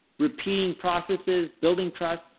repeating processes, building trust,